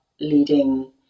leading